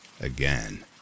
again